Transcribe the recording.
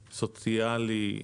סוציאלי,